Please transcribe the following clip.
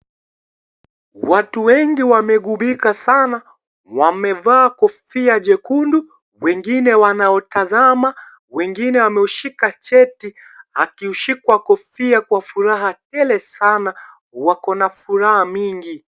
Watu wengi wameghubika sana wamevaa kofia jekundu , wengine wanaotazama wengine wameushika cheti akiushikwa kofia kwa furaha tele sana. Wakona furaha mingi.